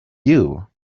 you